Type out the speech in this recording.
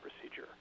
procedure